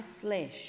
flesh